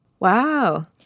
Wow